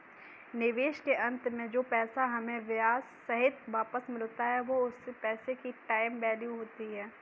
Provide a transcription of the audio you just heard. निवेश के अंत में जो पैसा हमें ब्याह सहित वापस मिलता है वो उस पैसे की टाइम वैल्यू होती है